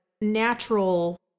natural